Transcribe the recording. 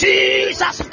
Jesus